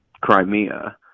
Crimea